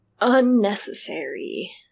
unnecessary